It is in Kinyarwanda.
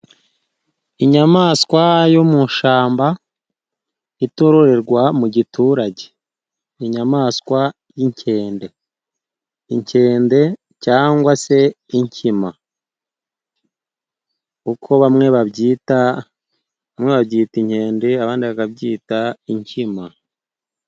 Inyamaswa yo mu ishyamba itororerwa mu giturage. Inyamaswa y'inkende, inkende cyangwa se inkima uko bamwe babyita. bamwe babyita inkende abandi bakabyita inkima.